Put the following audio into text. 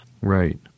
Right